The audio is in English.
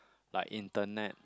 like internet